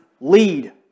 lead